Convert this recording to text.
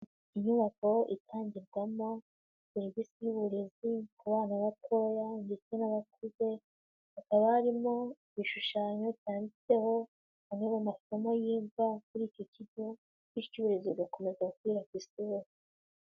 Inyubako itangirwamo serivise y'uburezi ku bana batoya ndetse n'abakuze, hakaba harimo ibishushanyo cyanditseho amwe mu masomo yigwa kuri icyo kigo bityo uburezi bugakomeza gukwira ku Isi yose.